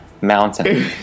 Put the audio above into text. mountain